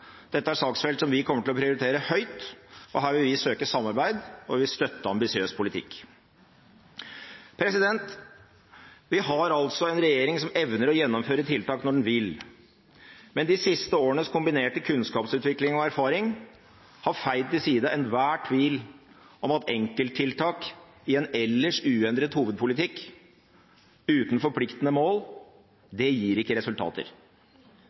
Dette er saksfelt som vi kommer til å prioritere høyt. Her vil vi søke samarbeid, og vi vil støtte ambisiøs politikk. Vi har altså en regjering som evner å gjennomføre tiltak når den vil, men de siste årenes kombinerte kunnskapsutvikling og -erfaring har feid til side enhver tvil om at enkelttiltak i en ellers uendret hovedpolitikk, uten forpliktende mål, det gir ikke resultater.